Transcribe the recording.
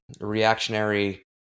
reactionary